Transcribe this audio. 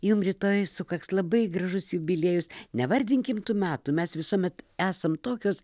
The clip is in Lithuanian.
jum rytoj sukaks labai gražus jubiliejus nevardinkim tų metų mes visuomet esam tokios